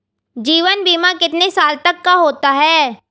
जीवन बीमा कितने साल तक का होता है?